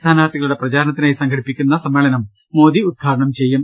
സ്ഥാനാർഥികളുടെ പ്രചാരണത്തി നായി സംഘടിപ്പിക്കുന്ന മഹാസമ്മേളനം മോദി ഉദ്ഘാടനം ചെയ്യും